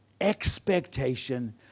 expectation